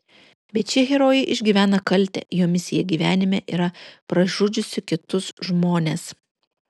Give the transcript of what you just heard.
bet šie herojai išgyvena kaltę jo misija gyvenime yra pražudžiusi kitus žmones